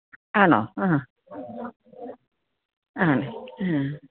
ആണോ അ ഹാ ആ ആ